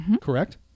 Correct